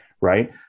right